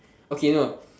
okay no